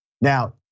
Now